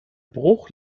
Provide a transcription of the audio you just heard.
bruch